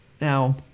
Now